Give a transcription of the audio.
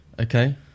Okay